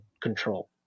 control